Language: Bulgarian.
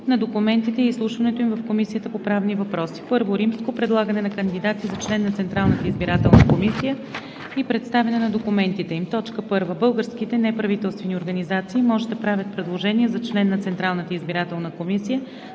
на документите и изслушването им в Комисията по правни въпроси: І. Предлагане на кандидати за член на Централната избирателна комисия и представяне на документите им. 1. Българските неправителствени организации може да правят предложения за член на Централната избирателна комисия